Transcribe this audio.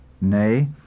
Nay